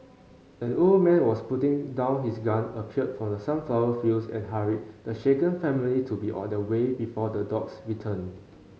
an old man was putting down his gun appeared from the sunflower fields and hurried the shaken family to be on their way before the dogs return